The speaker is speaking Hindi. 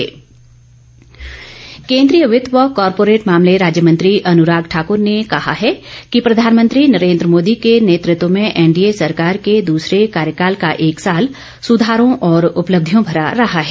अनुराग ठाकुर केंद्रीय वित्त व कॉरपोरेट मामले राज्य मंत्री अनुराग ठाकुर ने कहा है कि प्रधानमंत्री नरेन्द्र मोदी के नेतृत्व में एनडीए सरकार के दूसरे कार्यकाल का एक साल सुधारों और उपलब्धियों भरा रहा है